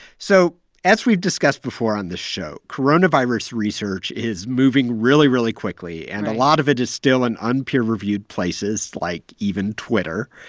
so as we've discussed before on this show, coronavirus research is moving really, really quickly, and a lot of it is still in un-peer-reviewed places, like even twitter.